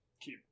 keep